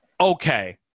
Okay